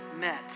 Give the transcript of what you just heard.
met